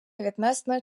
відносно